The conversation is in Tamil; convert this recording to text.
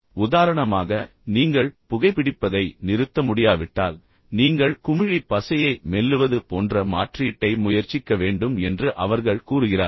எனவே உதாரணமாக நீங்கள் புகைபிடிப்பதை நிறுத்த முடியாவிட்டால் நீங்கள் குமிழி பசையை மெல்லுவது போன்ற மாற்றீட்டை முயற்சிக்க வேண்டும் என்று அவர்கள் கூறுகிறார்கள்